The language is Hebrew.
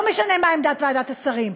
לא משנה מה עמדת ועדת השרים,